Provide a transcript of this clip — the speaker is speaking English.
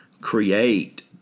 create